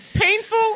Painful